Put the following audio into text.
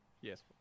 yes